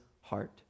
heart